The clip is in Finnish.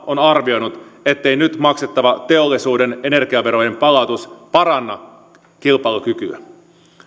on arvioinut ettei nyt maksettava teollisuuden energiaverojen palautus paranna kilpailukykyä